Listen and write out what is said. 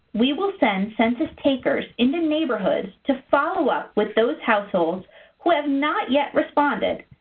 we will send census takers in the neighborhoods to follow up with those households who have not yet responded,